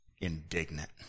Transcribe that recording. indignant